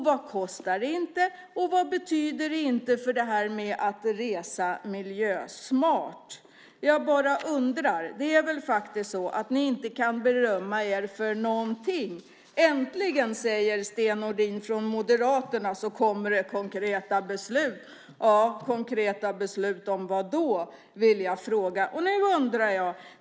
Vad kostar det inte, och vad betyder det inte för det här med att resa miljösmart. Jag bara undrar. Det är väl faktiskt så att ni inte kan berömma er av någonting. Äntligen, säger Sten Nordin från Moderaterna, kommer det konkreta beslut. Konkreta beslut om vad då? Det vill jag fråga. Nu undrar jag också över en annan sak.